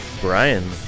Brian